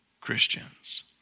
Christians